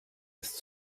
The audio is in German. ist